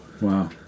wow